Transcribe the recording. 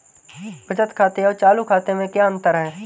बचत खाते और चालू खाते में क्या अंतर है?